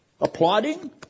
Applauding